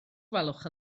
gwelwch